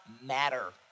matter